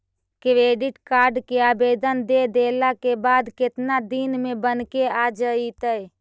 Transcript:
Credit card के आवेदन दे देला के बाद केतना दिन में बनके आ जइतै?